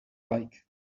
like